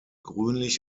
grünlich